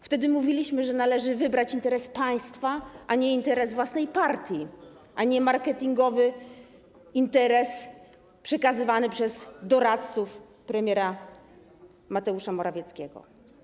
Wtedy mówiliśmy, że należy wybrać interes państwa, a nie interes własnej partii, a nie marketingowy interes przekazywany przez doradców premiera Mateusza Morawieckiego.